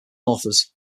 authors